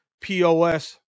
POS